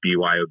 BYOB